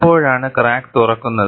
എപ്പോഴാണ് ക്രാക്ക് തുറക്കുന്നത്